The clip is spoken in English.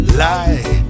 lie